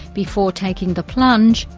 before taking the plunge,